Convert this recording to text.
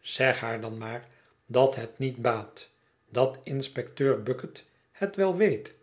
zeg haar dan maar dat het niet baat dat inspecteur bucket het wel weet